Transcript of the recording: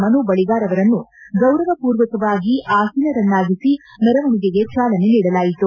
ಮನು ಬಳಿಗಾರ್ ಅವರನ್ನು ಗೌರವಪೂರ್ವಕವಾಗಿ ಆಸೀನರನ್ನಾಗಿಸಿ ಮೆರವಣಿಗೆಗೆ ಚಾಲನೆ ನೀಡಲಾಯಿತು